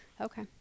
Okay